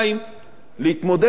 להתמודד עם הקשיים שנובעים מהמצב